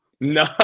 No